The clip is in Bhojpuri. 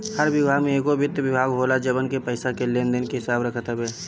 हर विभाग में एगो वित्त विभाग होला जवन की पईसा के लेन देन के हिसाब रखत हवे